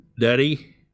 daddy